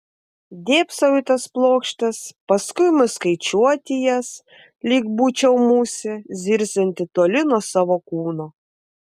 dėbsau į tas plokštes paskui imu skaičiuoti jas lyg būčiau musė zirzianti toli nuo savo kūno